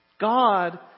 God